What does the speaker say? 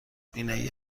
بینایی